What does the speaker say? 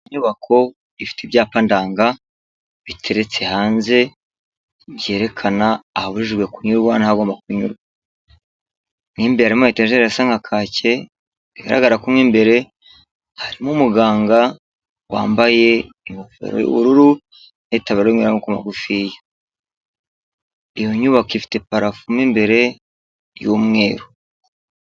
Inyubako ifite ibyapa ndanga, biteretse hanze, byerekana ahabujijwe kunyurwa, n'ahagomba kunyurwa. mo imbere harimo etajeri isa nka kake, bigaragara ko mo imbere, harimo umuganga wambaye ingofero y'ubururu, n'itaburiya y'amaboko magufiya. Iyo nyubako ifite parafo mo imbere, y'umweru.